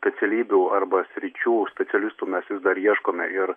specialybių arba sričių specialistų mes vis dar ieškome ir